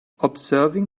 observing